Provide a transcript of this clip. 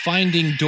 Finding